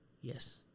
Yes